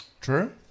True